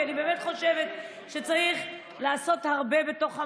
כי אני באמת חושבת שצריך לעשות הרבה בתוך המערכת,